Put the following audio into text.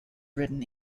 written